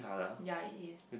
ya is